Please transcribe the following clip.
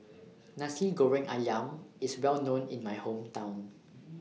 Nasi Goreng Ayam IS Well known in My Hometown